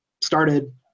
started